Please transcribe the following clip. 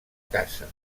caça